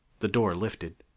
the door lifted.